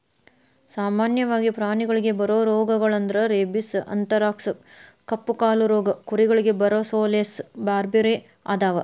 ಸಾಮನ್ಯವಾಗಿ ಪ್ರಾಣಿಗಳಿಗೆ ಬರೋ ರೋಗಗಳಂದ್ರ ರೇಬಿಸ್, ಅಂಥರಾಕ್ಸ್ ಕಪ್ಪುಕಾಲು ರೋಗ ಕುರಿಗಳಿಗೆ ಬರೊಸೋಲೇಸ್ ಬ್ಯಾರ್ಬ್ಯಾರೇ ಅದಾವ